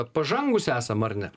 pažangūs esam ar ne